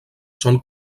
són